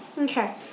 Okay